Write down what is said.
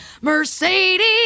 mercedes